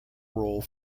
role